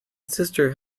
sister